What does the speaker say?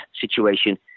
situation